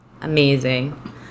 amazing